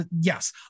yes